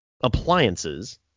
appliances